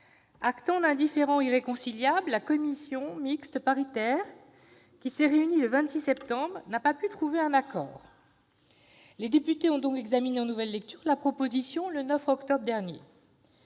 Actant un différend irréconciliable, la commission mixte paritaire qui s'est réunie le 26 septembre n'a pas pu trouver un accord. Les députés ont donc examiné en nouvelle lecture la présente proposition de loi le 9 octobre dernier.